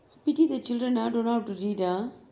you teach the children ah don't know how to read ah